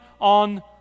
on